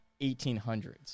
1800s